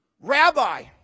Rabbi